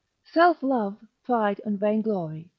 self-love, pride, and vainglory,